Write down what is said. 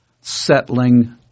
settling